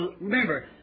Remember